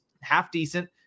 half-decent